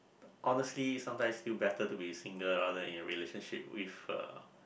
honestly sometimes feel better to be single rather than in a relationship with a